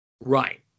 Right